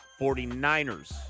49ers